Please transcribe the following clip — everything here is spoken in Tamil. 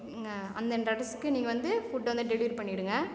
ஏங்க அந்த இன்ற அட்ரஸுக்கு நீங்கள் வந்து ஃபுட் வந்து டெலிவரி பண்ணிவிடுங்க